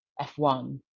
F1